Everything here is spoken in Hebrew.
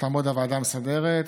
הוועדה המסדרת,